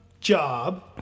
job